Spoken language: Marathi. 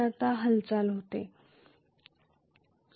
आता तेथे हालचाल आहे